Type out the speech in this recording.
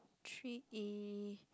three E